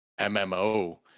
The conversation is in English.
MMO